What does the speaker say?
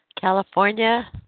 California